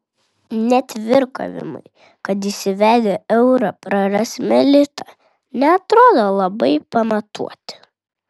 net virkavimai kad įsivedę eurą prarasime litą neatrodo labai pamatuoti